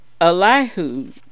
Elihu